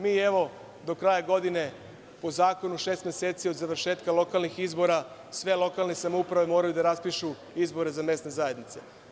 Mi do kraja godine, po zakonu šest meseci od završetka lokalnih izbora sve lokalne samouprave moraju da raspišu izbore za mesne zajednice.